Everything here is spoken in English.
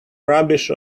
rubbish